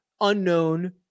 unknown